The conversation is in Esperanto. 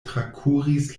trakuris